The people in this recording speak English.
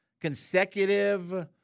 consecutive